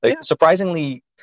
Surprisingly